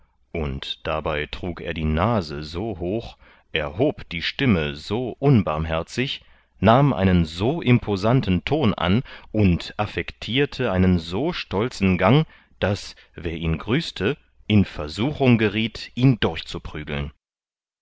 und dabei trug er die nase so hoch erhob die stimme so unbarmherzig nahm einen so imposanten ton an und affectirte einen so stolzen gang daß wer ihn grüßte in versuchung gerieth ihn durchzuprügeln